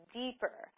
deeper